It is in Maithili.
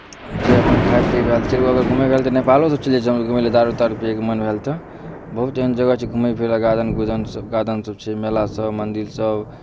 जे अपन खाए पियैके भेल से भऽ गेल घूमयके भेल तऽ नेपालो चलि जाइ छलहुँ घूमय लेल दारू तारू पियैके मन भएल तऽ बहुत एहन जगह छै घूमै फिरैवला गार्डन गुर्डन सभ गार्डनसभ छै मेलासभ मन्दिरसभ